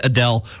Adele